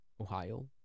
Ohio